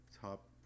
top